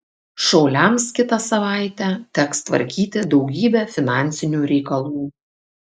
šauliams kitą savaitę teks tvarkyti daugybę finansinių reikalų